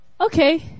okay